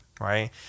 right